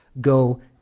go